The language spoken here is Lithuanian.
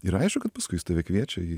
ir aišku kad paskui jis tave kviečia į